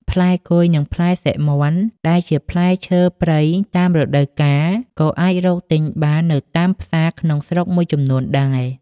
ផ្លែគុយ និងផ្លែសិរមាន់ ដែលជាផ្លែឈើព្រៃតាមរដូវកាល ក៏អាចរកទិញបាននៅតាមផ្សារក្នុងស្រុកមួយចំនួនដែរ។